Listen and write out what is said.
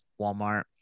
Walmart